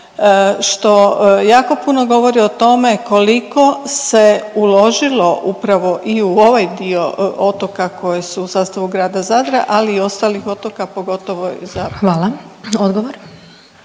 što jako puno govori o tome koliko se uložilo upravo i u ovaj dio otoka koji su u sastavu grada Zadra, ali i ostalih otoka, pogotovo…/Govornik